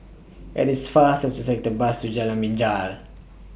IT IS faster to Take The Bus to Jalan Binjai